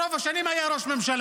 ברוב השנים הוא היה ראש הממשלה.